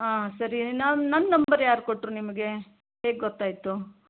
ಆಂ ಸರಿ ನಾನು ನನ್ನ ನಂಬರ್ ಯಾರು ಕೊಟ್ಟರು ನಿಮಗೆ ಹೇಗೆ ಗೊತ್ತಾಯಿತು